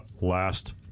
last